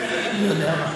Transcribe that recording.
מי יודע מה.